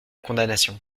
condamnation